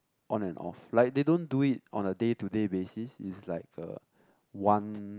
on and off like they don't do it on a day to day basis is like a one